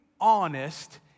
honest